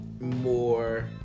more